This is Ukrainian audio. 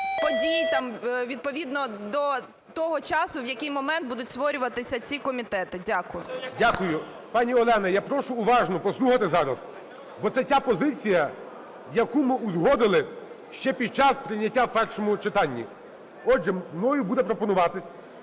подій там, відповідно до того часу, в який момент будуть створюватися ці комітети. Дякую. ГОЛОВУЮЧИЙ. Дякую. Пані Олена, я прошу уважно послухати зараз, бо це ця позиція, яку ми узгодили ще під час прийняття в першому читанні. Отже, мною буде пропонуватись,